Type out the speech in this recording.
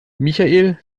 michael